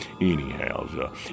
anyhow